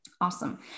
Awesome